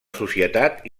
societat